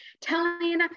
telling